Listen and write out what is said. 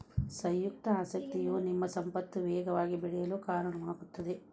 ಸಂಯುಕ್ತ ಆಸಕ್ತಿಯು ನಿಮ್ಮ ಸಂಪತ್ತು ವೇಗವಾಗಿ ಬೆಳೆಯಲು ಕಾರಣವಾಗುತ್ತದೆ